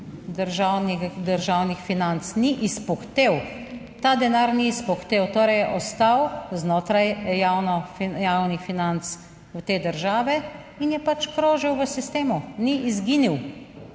državnih financ, ni izpuhtel. Ta denar ni izpuhtel, torej je ostal znotraj javno javnih financ v te države in je pač krožil v sistemu. Ni izginil,